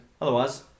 Otherwise